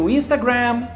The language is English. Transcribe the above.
Instagram